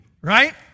right